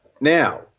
Now